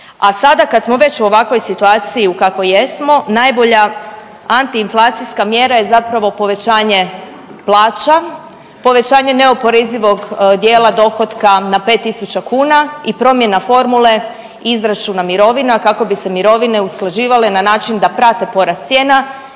A sad kad smo već u ovakvoj situaciji u kakvoj jesmo najbolja antiinflacijska mjera je zapravo povećanje plaća, povećanje neoporezivog dijela dohotka na 5.000 kuna i promjena formule izračuna mirovina kako bi se mirovine usklađivale na način da prate porast cijena